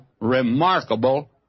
remarkable